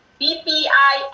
bpi